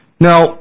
Now